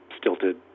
stilted